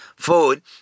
food